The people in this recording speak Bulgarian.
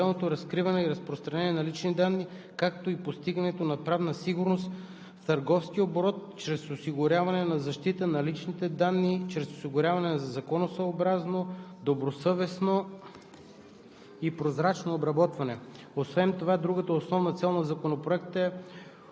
В тази връзка се защитава неограниченото разкриване и разпространение на лични данни, както и постигането на правна сигурност в търговския оборот чрез осигуряването на защита на личните данни чрез осигуряване на законосъобразно, добросъвестно